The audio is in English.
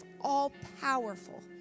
all-powerful